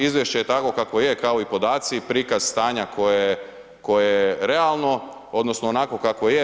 Izvješće je takvo kakvo je, kao i podaci i prikaz stanja koje, koje je realno odnosno onakvo kakvo je.